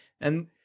And-